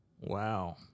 Wow